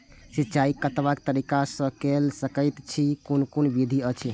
सिंचाई कतवा तरीका स के कैल सकैत छी कून कून विधि अछि?